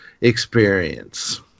experience